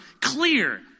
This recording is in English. clear